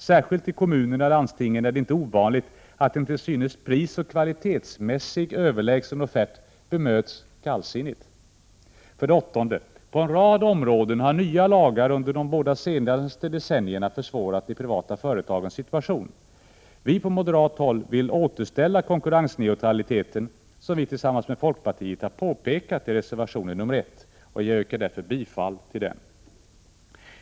Särskilt i kommunerna och landstingen är det inte ovanligt att en till synes prisoch kvalitetsmässigt överlägsen offert bemöts kallsinnigt. 8. På en rad områden har nya lagar under de båda senaste decennierna försvårat de privata företagens situation. Vi på moderat håll vill återställa konkurrensneutraliteten, som vi tillsammans med folkpartiet har påpekat i reservationen nr 1, och jag yrkar därför bifall till den.